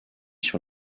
sur